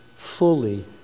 Fully